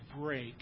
break